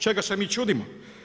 Čega se mi čudimo?